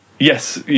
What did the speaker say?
Yes